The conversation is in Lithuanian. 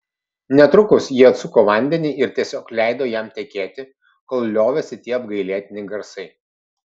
netrukus ji atsuko vandenį ir tiesiog leido jam tekėti kol liovėsi tie apgailėtini garsai